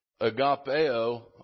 agapeo